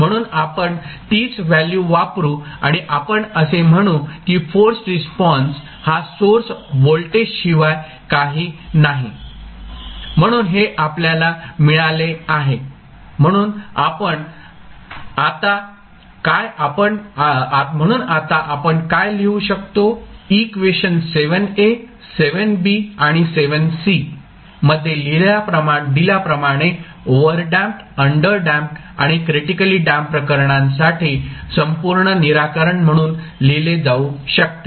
म्हणून आपण तीच व्हॅल्यू वापरू आणि आपण असे म्हणू की फोर्सड रिस्पॉन्स हा सोर्स व्होल्टेजशिवाय काही नाही म्हणून हे आपल्याला मिळाले आहे म्हणून आता आपण काय लिहू शकतो इक्वेशन आणि मध्ये दिल्याप्रमाणे ओव्हरडॅम्प्ड अंडरडॅम्प्ड आणि क्रिटिकली डॅम्प्ड प्रकरणांसाठी संपूर्ण निराकरण म्हणून लिहिले जाऊ शकते